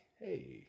hey